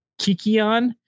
Kikion